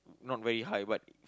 not very high but